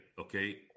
okay